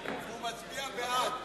והוא מצביע בעד, זה בסדר?